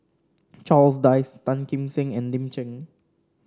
Charles Dyce Tan Kim Seng and Lin Chen